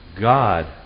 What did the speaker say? God